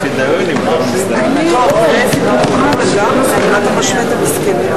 ההסתייגות לחלופין של קבוצת סיעת מרצ לסעיף 2